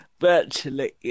virtually